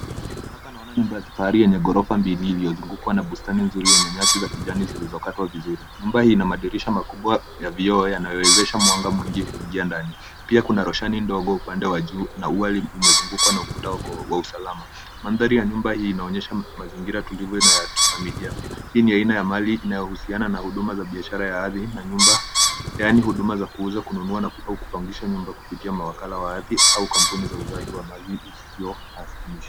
Hapa naona nyumba ya kifahari yenye ghorofa mbili iliyozungukwa na bustani nzuri yenye nyasi za kijani zilizokatwa vizuri. Nyumba hii ina madirisha makubwa ya vioo yanayowezesha mwanga mwingi kuingia ndani. Pia kuna roshani ndogo upande wa juu na uweli umezungukwa na ukuta wa usalama. Mandhari ya nyumba hii inaonyesha mazingira tulivu na ya kifamilia. Hii ni aina ya mali inayohusiana na huduma za biashara ya adhi na nyumba, yaani huduma za kuuza, kununua na au kupangisha nyumba kupitia mawakala wa adhi au kampuni za uuzaji wa mali isiyohamish.